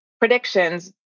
predictions